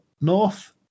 north